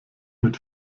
mit